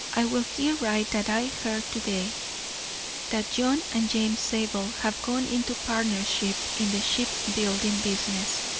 i will here write that i heard to-day that john and james zabel have gone into partnership in the ship-building business,